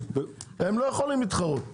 הם לא יכולים להתחרות.